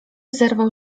zerwał